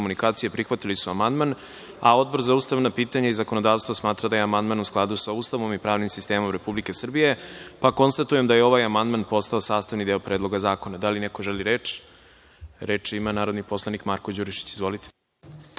telekomunikacije prihvatili su amandman, a Odbor za ustavna pitanja i zakonodavstvo smatra da je amandman u skladu sa Ustavom i pravnim sistemom Republike Srbije, pa konstatujem da je ovaj amandman postao sastavni deo Predloga zakona. Da li neko želi reč? Na član 154. amandman je podneo